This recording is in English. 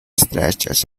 stretches